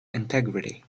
integrity